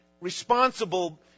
responsible